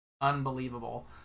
unbelievable